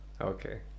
Okay